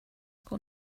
got